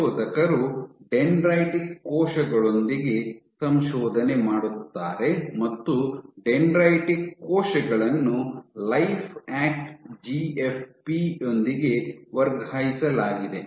ಸಂಶೋಧಕರು ಡೆಂಡ್ರೈಟಿಕ್ ಕೋಶಗಳೊಂದಿಗೆ ಸಂಶೋಧನೆ ಮಾಡುತ್ತಾರೆ ಮತ್ತು ಡೆಂಡ್ರೈಟಿಕ್ ಕೋಶಗಳನ್ನು ಲೈಫ್ಯಾಕ್ಟ್ ಜಿಎಫ್ಪಿ ಯೊಂದಿಗೆ ವರ್ಗಾಯಿಸಲಾಗಿದೆ